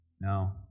No